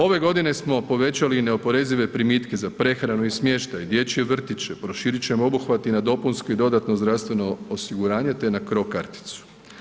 Ove godine smo povećali i neoporezive primitke za prehranu i smještaj, dječje vrtiće, proširit ćemo obuhvat i na dopunsko i dodatno zdravstveno osiguranje te na cro-karticu.